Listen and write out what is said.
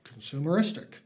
consumeristic